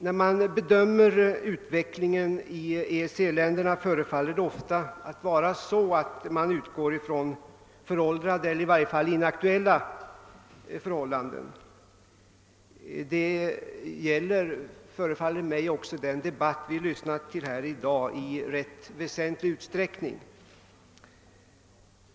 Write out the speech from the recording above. När man bedömer utvecklingen i dessa länder förefaller det ofta vara så, att man utgår ifrån föråldrade eller i varje fall inaktuella förhållanden. Det gäller, förefaller det mig, också i rätt väsentlig utsträckning den debatt vi lyssnat till här i dag.